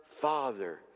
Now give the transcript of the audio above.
Father